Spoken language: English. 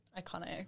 Iconic